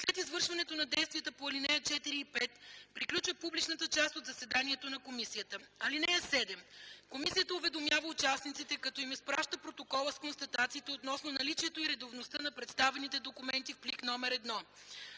След извършването на действията по ал. 4 и 5 приключва публичната част от заседанието на комисията. (7) Комисията уведомява участниците, като им изпраща протокола с констатациите относно наличието и редовността на представените документи в плик № 1.